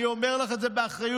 אני אומר לך את זה באחריות.